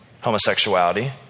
homosexuality